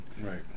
Right